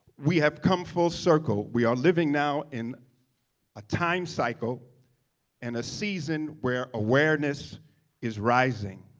we have come full circle. we are living now in a time cycle and a season where awareness is rising.